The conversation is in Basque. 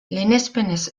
lehenespenez